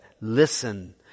Listen